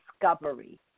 discovery